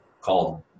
called